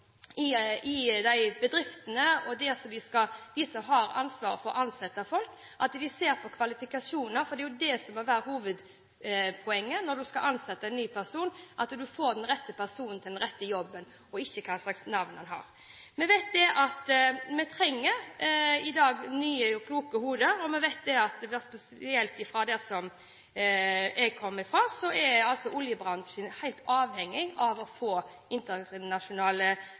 må være hovedpoenget når man skal ansette en ny person, at man får den rette personen til den rette jobben, og ikke hva slags navn han har. Vi vet at vi i dag trenger nye, kloke hoder, og vi vet – spesielt der jeg kommer fra – at oljebransjen er helt avhengig av å få internasjonale